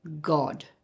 god